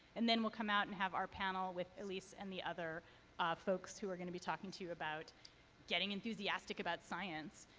and then we'll come out and have our panel with elise and the other folks who are going to be talking to you about getting enthusiastic about science.